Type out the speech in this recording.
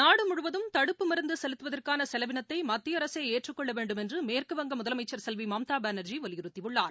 நாடுமுழுவதும் தடுப்பு மருந்துசெலுத்துவதற்கானசெலவினத்தைமத்தியஅரசேஏற்றுக் கொள்ளவேண்டும் என்றுமேற்குவங்கமுதலமைச்சர் செல்விமம்தாபானர்ஜி வலியுறுத்தியுள்ளார்